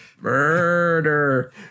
Murder